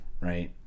right